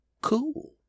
Cool